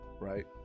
Right